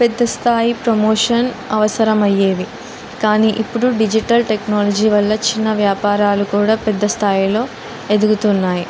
పెద్ద స్థాయి ప్రమోషన్ అవసరమయ్యేవి కానీ ఇప్పుడు డిజిటల్ టెక్నాలజీ వల్ల చిన్న వ్యాపారాలు కూడా పెద్ద స్థాయిలో ఎదుగుతున్నాయి